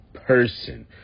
person